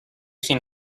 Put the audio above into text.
seen